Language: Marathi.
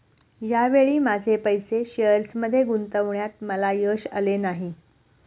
या वेळी माझे पैसे शेअर्समध्ये गुंतवण्यात मला यश आले नाही